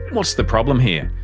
what's the problem here?